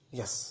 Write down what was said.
yes